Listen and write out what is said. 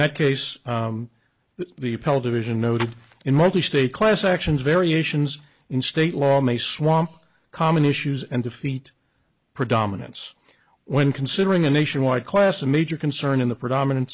that case the appellate division noted in multistate class actions variations in state law may swamp common issues and defeat predominance when considering a nationwide class a major concern in the predominan